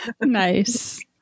Nice